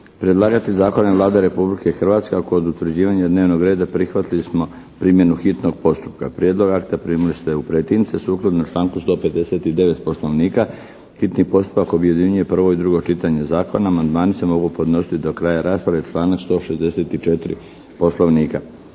Predlagatelj Zakona je Vlada Republike Hrvatske, a kod utvrđivanja dnevnog reda prihvatili smo primjenu hitnog postupka. Prijedlog akta primili ste u pretince. Sukladno članku 159. Poslovnika hitni postupak objedinjuje prvo i drugo čitanje Zakona. Amandmani se mogu podnositi do kraja rasprave članak 164. Poslovnika.